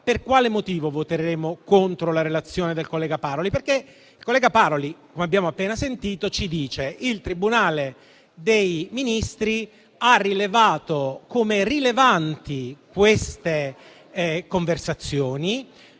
Per quale motivo, allora, voteremo contro la relazione del collega Paroli? Il collega Paroli, come abbiamo appena sentito, ci dice che il Tribunale dei Ministri ha rilevato come rilevanti queste conversazioni,